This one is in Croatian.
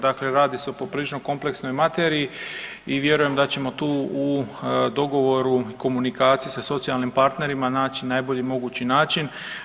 Dakle, radi se o poprilično kompleksnoj materiji i vjerujem da ćemo tu u dogovoru, komunikaciji sa socijalnim partnerima naći najbolji mogući način.